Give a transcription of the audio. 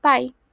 Bye